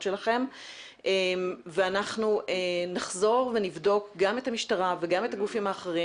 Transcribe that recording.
שלכם ואנחנו נחזור ונבדוק גם את המשטרה וגם את הגופים האחרים